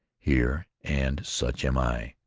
here and such am i.